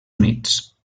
units